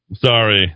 Sorry